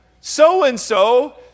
so-and-so